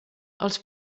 els